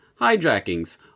hijackings